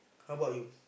how about you